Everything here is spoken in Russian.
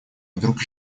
вдруг